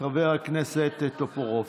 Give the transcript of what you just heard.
חבר הכנסת טופורובסקי.